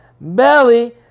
belly